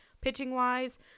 pitching-wise